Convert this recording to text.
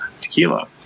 tequila